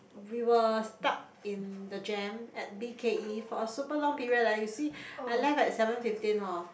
we were stuck in the jam at B_K_E for a super long period leh you see I left at seven fifteen hor